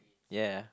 yeah